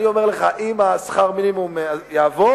אני אומר לך, אם שכר המינימום יעבור,